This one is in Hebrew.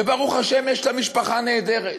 וברוך השם, יש לה משפחה נהדרת.